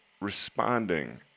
responding